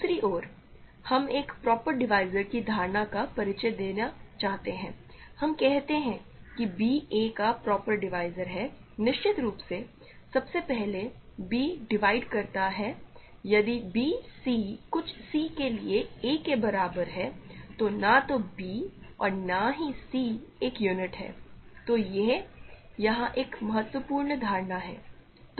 दूसरी ओर हम एक प्रॉपर डिवीज़र की धारणा का परिचय देना चाहते हैं हम कहते हैं कि b a का एक प्रॉपर डिवीज़र है निश्चित रूप से सबसे पहले b डिवाइड करता है यदि b c कुछ c के लिए a के बराबर है और न तो b और न ही c एक यूनिट हैं तो यह यहाँ एक महत्वपूर्ण धारणा है